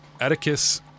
Atticus